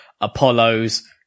Apollos